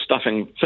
stuffing